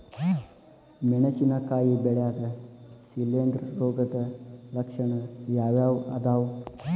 ಮೆಣಸಿನಕಾಯಿ ಬೆಳ್ಯಾಗ್ ಶಿಲೇಂಧ್ರ ರೋಗದ ಲಕ್ಷಣ ಯಾವ್ಯಾವ್ ಅದಾವ್?